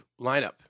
lineup